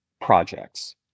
projects